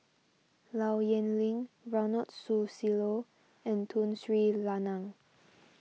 Low Yen Ling Ronald Susilo and Tun Sri Lanang